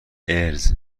اِرز